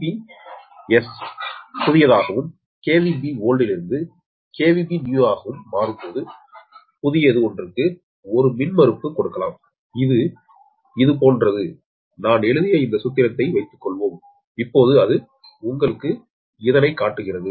base புதியதாகவும்B oldலிருந்து Bnewதாகவும் மாறும்போது புதியது ஒன்றுக்கு ஒரு மின்மறுப்பு கொடுக்கலாம் இது இதுபோன்றது நான் எழுதிய இந்த சூத்திரத்தை வைத்துக்கொள்வோம் இப்போது அது உங்களுக்குக் காட்டுகிறது